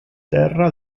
terra